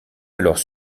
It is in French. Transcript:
alors